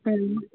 ہاں جی